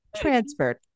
transferred